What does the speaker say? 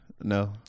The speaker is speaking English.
No